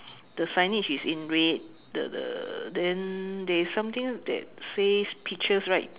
the signage is in red the the then there's something that says peaches right